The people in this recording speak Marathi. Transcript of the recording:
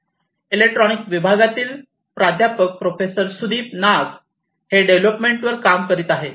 इलेक्ट्रॉनिक विभागातील प्राध्यापक प्रोफेसर सुदीप नाग हे डेव्हलपमेंट वर काम करीत आहेत